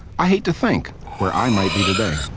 i hate to think where i might be today.